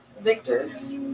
victors